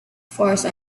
force